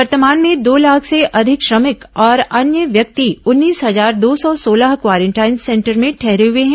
वर्तमान में दो लाख से अधिक श्रमिक और अन्य व्यक्ति उन्नीस हजार दो सौ सोलह क्वारेंटाइन सेंटर में ठहरे हुए हैं